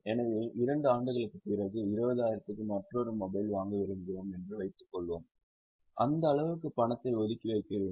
எனவே 2 ஆண்டுகளுக்குப் பிறகு 20000 க்கு மற்றொரு மொபைல் வாங்க விரும்புகிறோம் என்று வைத்துக்கொள்வோம் அந்த அளவுக்கு பணத்தை ஒதுக்கி வைக்க வேண்டும்